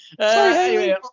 Sorry